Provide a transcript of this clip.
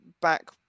back